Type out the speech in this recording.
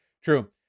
True